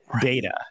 data